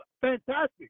fantastic